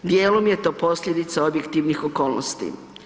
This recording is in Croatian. Dijelom je to posljedica objektivnih okolnosti.